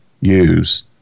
use